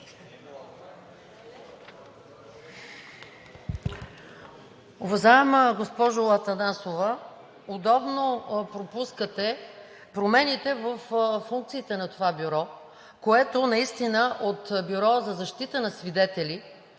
Уважаема госпожо Атанасова, удобно пропускате промените във функциите на това бюро, което наистина от бюро за защита на свидетели